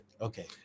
Okay